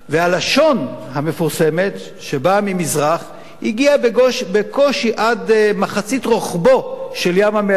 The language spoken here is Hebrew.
והלשון המפורסמת שבאה ממזרח הגיעה בקושי עד מחצית רוחבו של ים-המלח,